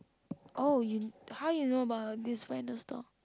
oh you how do you know about this kind of store